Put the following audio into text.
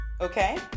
okay